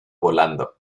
volando